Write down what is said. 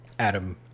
Adam